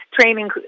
training